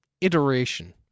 iteration